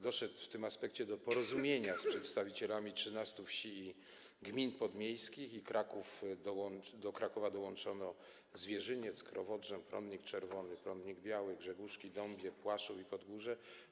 Doszedł w tym aspekcie do porozumienia z przedstawicielami 13 wsi i gmin podmiejskich i do Krakowa dołączono Zwierzyniec, Krowodrzę, Prądnik Czerwony, Prądnik Biały, Grzegórzki, Dąbie, Płaszów i Podgórze.